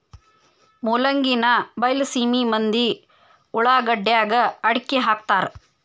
ಮೂಲಂಗಿನಾ ಬೈಲಸೇಮಿ ಮಂದಿ ಉಳಾಗಡ್ಯಾಗ ಅಕ್ಡಿಹಾಕತಾರ